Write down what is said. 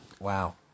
Wow